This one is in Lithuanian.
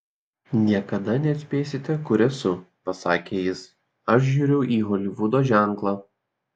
niekada neatspėsite kur esu pasakė jis aš žiūriu į holivudo ženklą